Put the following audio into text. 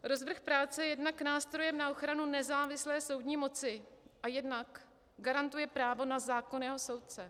Rozvrh práce je jednak nástrojem na ochranu nezávislé soudní moci a jednak garantuje právo na zákonného soudce.